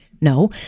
No